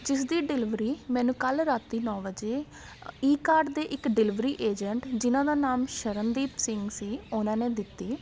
ਜਿਸ ਦੀ ਡਿਲਵਰੀ ਮੈਨੂੰ ਕੱਲ੍ਹ ਰਾਤ ਨੋ ਵਜੇ ਈਕਾਰਟ ਦੇ ਇੱਕ ਡਿਲਵਰੀ ਏਜੰਟ ਜਿਹਨਾਂ ਦਾ ਨਾਮ ਸ਼ਰਨਦੀਪ ਸਿੰਘ ਸੀ ਉਹਨਾਂ ਨੇ ਦਿੱਤੀ